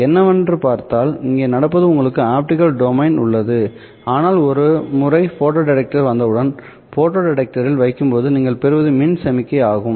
என்னவென்று பார்த்தால் இங்கே நடப்பது உங்களுக்கு ஆப்டிகல் டொமைன் உள்ளது ஆனால் ஒரு முறை போட்டோ டிடெக்டரை வைத்தவுடன் ஃபோட்டோ டிடெக்டரில் வைக்கும்போது நீங்கள் பெறுவது மின் சமிக்ஞை ஆகும்